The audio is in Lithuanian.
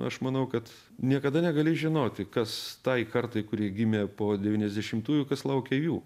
aš manau kad niekada negali žinoti kas tai kartai kurie gimė po devyniasdešimtųjų kas laukia jų